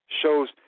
shows